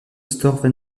store